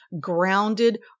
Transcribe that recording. grounded